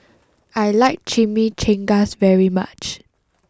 I like Chimichangas very much